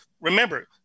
remember